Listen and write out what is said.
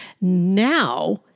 now